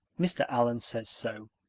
mr. allan says so.